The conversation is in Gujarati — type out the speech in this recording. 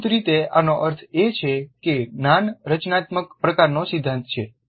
મૂળભૂત રીતે આનો અર્થ એ છે કે જ્ઞાન રચનાત્મક પ્રકારનો સિદ્ધાંત છે